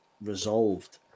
resolved